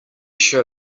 show